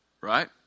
right